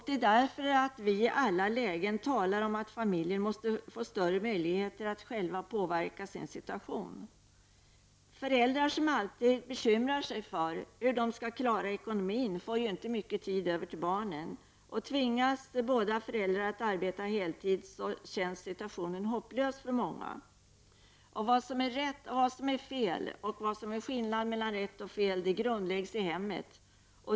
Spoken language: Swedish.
Det är därför vi i alla lägen talar om att familjen måste få större möjligheter att själva påverka sin situation. Föräldrar som alltid bekymrar sig för hur de skall klara ekonomin får inte mycket tid över till barnen. Tvingas båda föräldrarna att arbeta heltid känns situationen hopplös för många. Uppfattningen om vad som är rätt och fel och skillnaden däremellan grundläggs i hemmet.